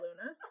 luna